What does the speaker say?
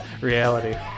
reality